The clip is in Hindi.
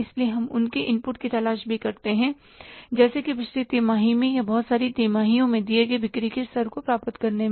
इसलिए हम उनके इनपुट की तलाश भी करते हैं जैसे कि पिछली तिमाही में या बहुत सारी तिमाहियों में दिए हुए बिक्री के स्तर को प्राप्त करने में